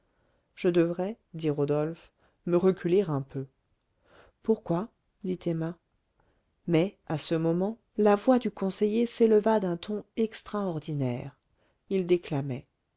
je devrais dit rodolphe me reculer un peu pourquoi dit emma mais à ce moment la voix du conseiller s'éleva d'un ton extraordinaire il déclamait